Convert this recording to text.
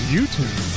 YouTube